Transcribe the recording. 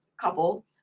couple